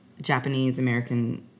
Japanese-American